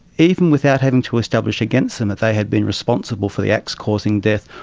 even without having to establish against them that they had been responsible for the acts causing death,